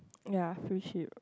ya free